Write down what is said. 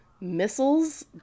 missiles